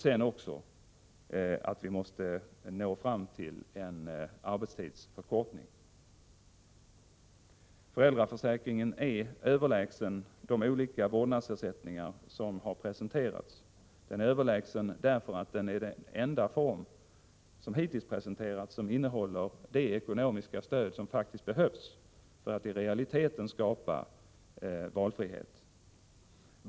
Sedan måste vi också nå fram till en arbetstidsförkortning. Föräldraförsäkringen är överlägsen de olika vårdnadsersättningar som har presenterats. Den är överlägsen därför att den är den enda form som innehåller det ekonomiska stöd som faktiskt behövs för att i realiteten skapa valfrihet.